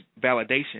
validation